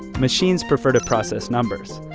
machines prefer to process numbers.